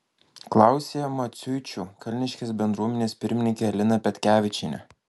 klausė maciuičių kalniškės bendruomenės pirmininkė alina petkevičienė